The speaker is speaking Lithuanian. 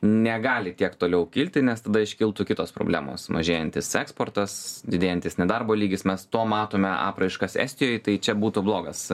negali tiek toliau kilti nes tada iškiltų kitos problemos mažėjantis eksportas didėjantis nedarbo lygis mes to matome apraiškas estijoj tai čia būtų blogas